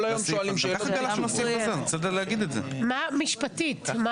מה משפטית?